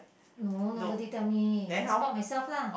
no nobody tell me I spot myself lah